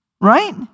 Right